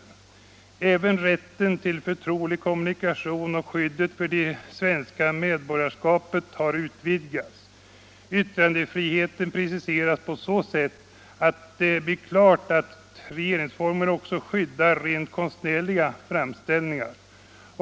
Även rätten till förtrolig kommunikation och skyddet för det svenska medborgarskapet har utvidgats. Yttrandefriheten preciseras på så sätt att det blir klart att regeringsformen också skyddar rent konstnärliga framställningar.